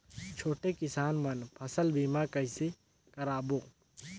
छोटे किसान मन फसल बीमा कइसे कराबो?